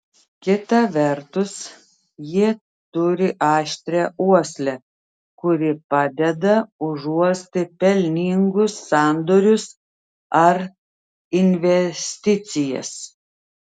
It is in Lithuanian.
kita vertus jie turi aštrią uoslę kuri padeda užuosti pelningus sandorius ar investicijas